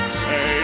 say